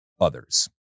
others